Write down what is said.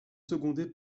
secondé